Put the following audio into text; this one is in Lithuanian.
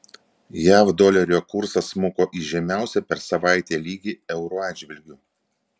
jav dolerio kursas smuko į žemiausią per savaitę lygį euro atžvilgiu